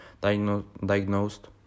diagnosed